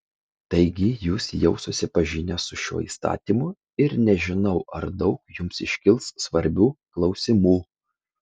taigi jūs jau susipažinę su šiuo įstatymu ir nežinau ar daug jums iškils svarbių klausimų